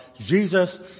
Jesus